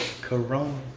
Corona